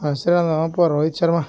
ಹೆಸ್ರ್ ಏನೋಪ್ಪ ರೋಹಿತ್ ಶರ್ಮ